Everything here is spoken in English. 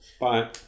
Bye